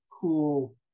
cool